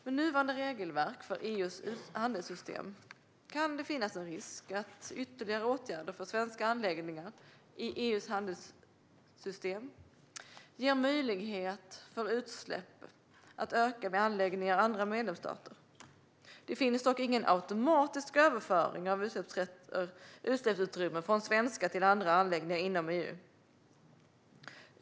Med nuvarande regelverk för EU:s handelssystem kan det finnas en risk att ytterligare åtgärder för svenska anläggningar i EU:s utsläppshandelssystem ger möjlighet för utsläppen att öka vid anläggningar i andra medlemsstater. Det finns dock ingen automatisk överföring av utsläppsutrymme från svenska till andra anläggningar inom EU.